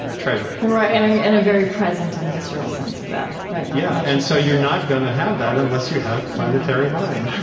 treasure right, in and and a very present and visceral sense of that yeah, and so you're not going to have that unless you have planetary mind.